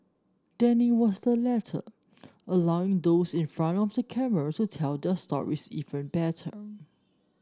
Danny was the latter allowing those in front of the camera to tell their stories even better